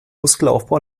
muskelaufbau